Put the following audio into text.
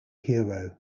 hero